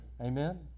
amen